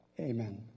Amen